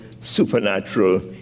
supernatural